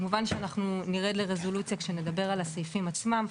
כמובן שאנחנו נרד לרזולוציה כשנדבר על הסעיפים עצמם,